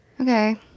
Okay